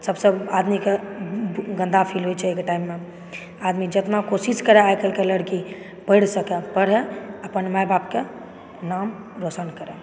सबसँ आदमीके गन्दा फील होइ छै आइके टाइममे आदमी जितना कोशिश करै आइकाल्हिके लड़की पढ़ि सकै पढ़ए आओर अपन माय बापके नाम रोशन करए